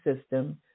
system